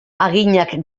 haginak